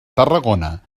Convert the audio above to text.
tarragona